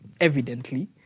evidently